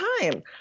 time